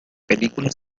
película